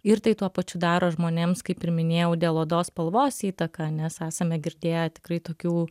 ir tai tuo pačiu daro žmonėms kaip ir minėjau dėl odos spalvos įtaką nes esame girdėję tikrai tokių